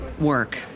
work